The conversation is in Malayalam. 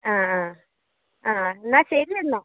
ആ ആ ആ എന്നാൽ ശരി എന്നാൽ